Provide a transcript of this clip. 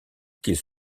qu’ils